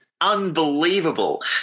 Unbelievable